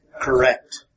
Correct